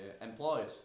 employed